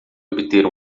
obter